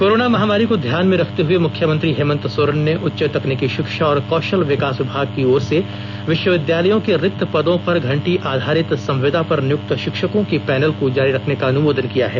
corona महामारी को ध्यान में रखते हुए मुख्यमंत्री हेमंत सोरेन ने उच्च तकनीकी शिक्षा और कौशल विकास विभाग की ओर से विश्वविद्यालयों के रिक्त पदों पर घंटी आधारित संविदा पर नियुक्त शिक्षकों के पैनल को जारी रखने का अनुमोदन किया है